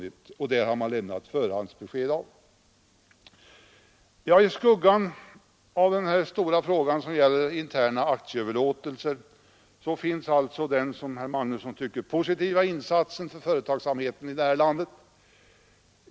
I skuggan av den stora frågan, som gäller interna aktieöverlåtelser, finns det som herr Magnusson kallar den positiva insatsen för företagsamheten, nämligen garantiavsättningar.